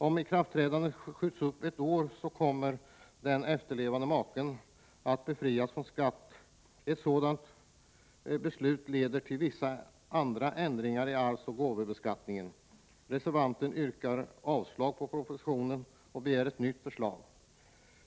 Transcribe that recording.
Om ikraftträdandet skjuts upp ett år, kommer den efterlevande maken att befrias från skatt. Ett sådant beslut leder till behov av vissa andra ändringar i arvsoch gåvobeskattningen. Reservanterna yrkar avslag på propositionen och begär ett nytt förslag.